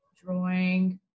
drawing